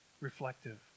reflective